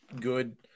good